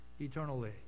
eternally